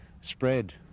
spread